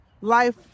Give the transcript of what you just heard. life